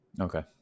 Okay